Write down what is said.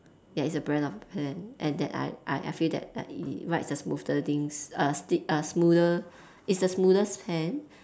ya it's brand of a pen and that I I I feel that like it it it writes a smoother things uh stick uh smoother it's the smoothest pen